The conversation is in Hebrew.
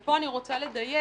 וכאן אני רוצה לדייק.